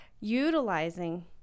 utilizing